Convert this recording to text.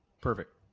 Perfect